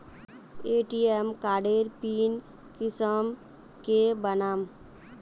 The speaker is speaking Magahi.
ए.टी.एम कार्डेर पिन कुंसम के बनाम?